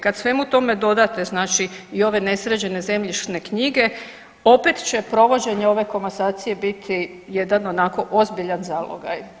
Kad svemu tome dodate znači i ove nesređene zemljišne knjige opet će provođenje ove komasacije biti jedan onako ozbiljan zalogaj.